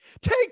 Take